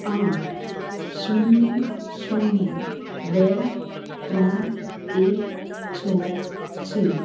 આઠ શૂન્ય શૂન્ય બે ત્રણ એક છ છે